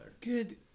Good